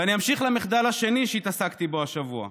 ואני אמשיך למחדל השני שהתעסקתי בו השבוע.